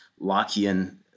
Lockean